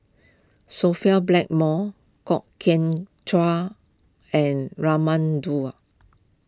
Sophia Blackmore Kwok Kian Chow and Raman Daud